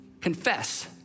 confess